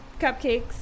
cupcakes